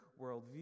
worldview